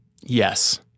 Yes